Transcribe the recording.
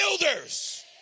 builders